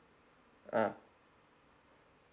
ah